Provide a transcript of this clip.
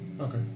okay